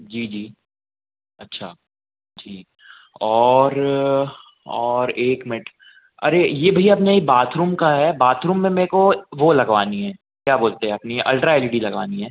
जी जी अच्छा जी और और एक मिनट अरे ये भैया अपना ये बाथरूम का है बाथरूम में मे को वह वह लगवानी है क्या बोलते हैं अपनी अल्ट्रा एल इ डी लगवानी है